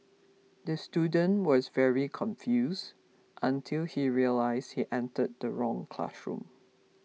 the student was very confused until he realised he entered the wrong classroom